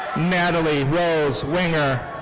natalie rose winger.